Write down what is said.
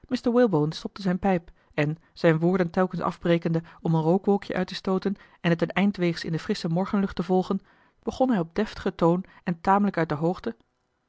mr walebone stopte zijne pijp en zijne woorden telkens afbrekende om een rookwolkje uit te stooten en het een eindweegs in de frissche morgenlucht te volgen begon hij op deftigen toon en tamelijk uit de hoogte